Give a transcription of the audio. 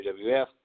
WWF